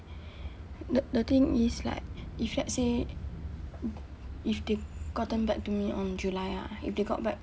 the the thing is like if let's say if they gotten back to me on july ah if they got back